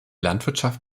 landwirtschaft